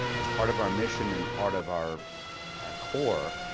as part of our mission and part of our our core,